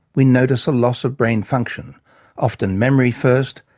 we notice a loss of brain function often memory first,